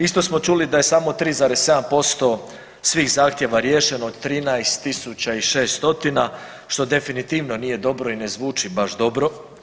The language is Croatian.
Isto smo čuli da je samo 3,7% svih zahtjeva riješeno, 13.600 što definitivno nije dobro i ne zvuči baš dobro.